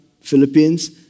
Philippines